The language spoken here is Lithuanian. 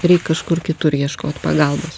reik kažkur kitur ieškot pagalbos